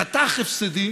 חתך הפסדים